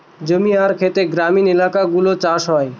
জমি আর খেতে গ্রামীণ এলাকাগুলো চাষ হয়